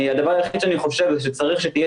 הדבר היחיד שאני חושב זה שצריך שתהיה